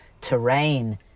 terrain